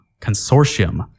Consortium